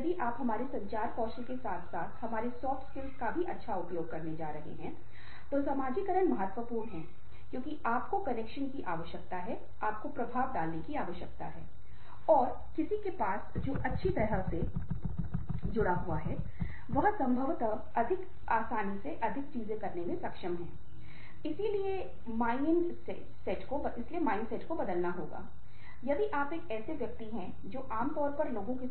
लेकिन आगर आप तेज़ी से वापसी करते है घर जाकर अपनी स्थिति का बचाव करते हुये एक पत्र लिखते है और इसे लेजकर उस व्यक्ति से बात करते है की आपको कैसा लगा और दोस्तो के सात संवाद करते है और अपनी स्थिति के बरेमे अधिक परेशान नहीं है तो आप भावनात्मक शुद्दता या भावनात्मक बुद्दि